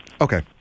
Okay